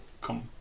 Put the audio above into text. come